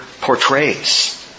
portrays